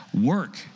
work